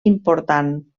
important